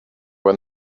when